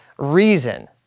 Reason